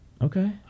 Okay